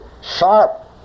sharp